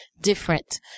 different